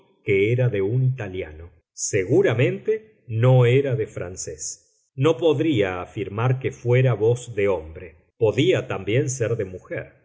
que era de un italiano seguramente no era de francés no podría afirmar que fuera voz de hombre podía también ser de mujer